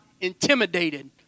intimidated